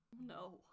no